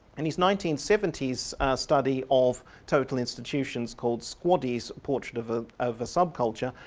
and his nineteen seventy s study of total institutions called squaddies portrait of ah of a sub-culture',